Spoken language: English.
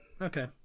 Okay